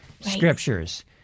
scriptures